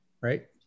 Right